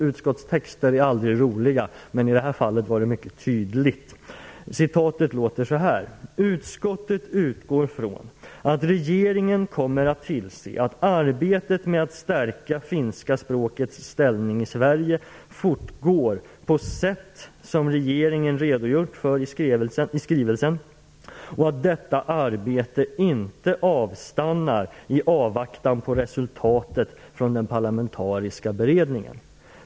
Utskottstexter är aldrig roliga, men det här fallet var mycket tydligt: "Utskottet utgår från att regeringen kommer att tillse att arbetet med att stärka finska språkets ställning i Sverige fortgår på sätt som regeringen redogjort för i skrivelsen och att detta arbete inte avstannar i avvaktan på resultatet från den parlamentariska beredningen."